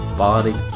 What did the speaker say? body